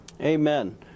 Amen